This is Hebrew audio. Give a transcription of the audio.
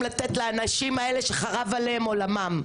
לתת לאנשים האלה שחרב עליהם עולמם.